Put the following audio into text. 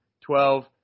twelve